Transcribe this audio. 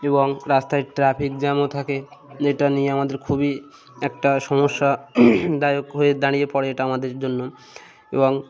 এবং রাস্তায় ট্রাফিক জ্যামও থাকে এটা নিয়ে আমাদের খুবই একটা সমস্যা দায়ক হয়ে দাঁড়িয়ে পড়ে এটা আমাদের জন্য এবং